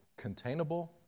containable